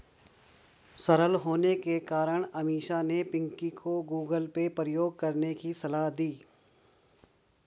सरल होने के कारण अमीषा ने पिंकी को गूगल पे प्रयोग करने की सलाह दी